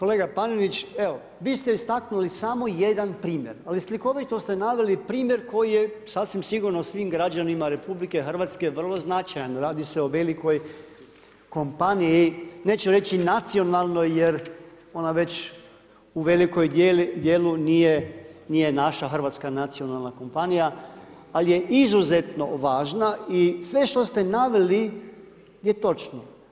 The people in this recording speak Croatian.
Kolega Panenić, vi ste istaknuli samo jedan primjer ali slikovito ste naveli primjer koji je sasvim sigurno svim građanima RH vrlo značajan, radi se o velikoj kompaniji, neću reći nacionalnoj jer ona već u velikom djelu nije naša hrvatska nacionalna kompanija ali je izuzetno važna i sve što ste naveli je točno.